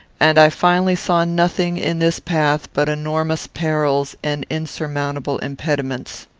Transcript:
and i finally saw nothing in this path but enormous perils and insurmountable impediments.